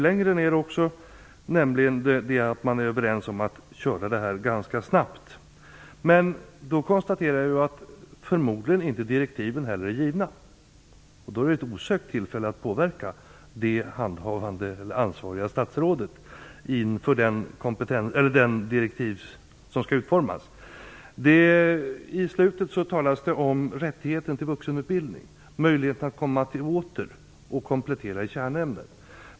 Längre ner i svaret står det att man är överens om att göra detta ganska snabbt. Förmodligen är inte heller direktiven givna. Då är detta ett osökt tillfälle att påverka det ansvariga statsrådet inför de direktiv som skall utformas. I slutet av svaret talas det om rättigheten till utbildning och om möjligheten att återkomma och komplettera i kärnämnen.